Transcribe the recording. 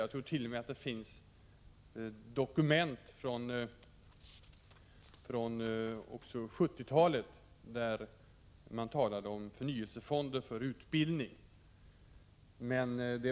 Jag tror t.o.m. att det finns dokument från 1970-talet där förnyelsefonder för utbildning nämns.